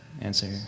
answer